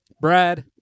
Brad